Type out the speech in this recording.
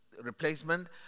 replacement